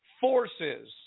forces